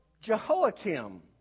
Jehoiakim